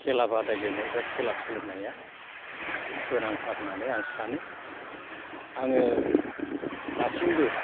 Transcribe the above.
खेला बादायलायनाय बा खेला सोलोंनाया गोनांथार होननानै आं सानो आङो दासिमबो